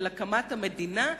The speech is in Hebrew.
של הקמת המדינה,